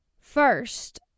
First